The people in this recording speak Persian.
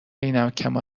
عینکمو